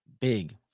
big